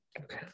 Okay